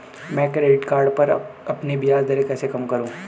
मैं credit card पर अपनी ब्याज दरें कैसे कम करूँ?